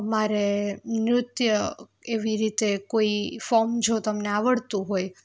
મારે નૃત્ય એવી રીતે કોઈ ફોર્મ જો તમને આવડતું હોય